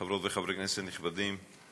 חברות וחברי כנסת נכבדים,